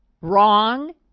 Wrong